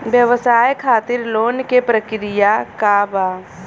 व्यवसाय खातीर लोन के प्रक्रिया का बा?